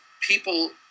people